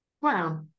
Wow